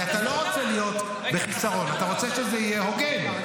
כי אתה לא רוצה להיות בחיסרון אתה רוצה שזה יהיה הוגן,